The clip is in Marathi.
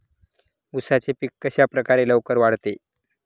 उसाचे पीक कशाप्रकारे लवकर वाढते?